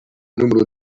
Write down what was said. número